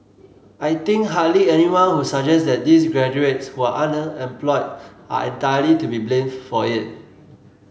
i think hardly anyone would suggest that those graduates who are underemployed are entirely to be blamed for it